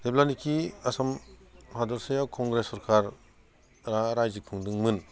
जेब्लानिखि आसाम हादरसायाव कंग्रेस सोरखारआ रायजो खुंदोंमोन